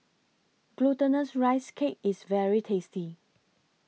Glutinous Rice Cake IS very tasty